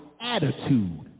attitude